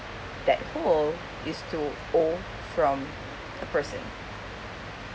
that hole is to owe from a person